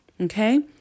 Okay